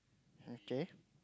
okay